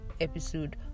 episode